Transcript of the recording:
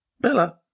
Bella